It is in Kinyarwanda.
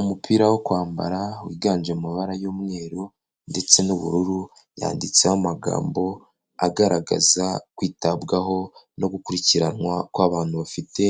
Umupira wo kwambara wiganje mu mabara y'umweru ndetse n'ubururu, yanditseho amagambo agaragaza kwitabwaho no gukurikiranwa kw'abantu bafite